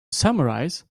summarize